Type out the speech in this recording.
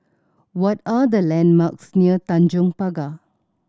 what are the landmarks near Tanjong Pagar